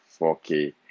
4K